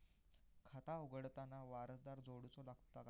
खाता उघडताना वारसदार जोडूचो लागता काय?